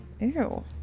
Ew